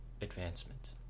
advancement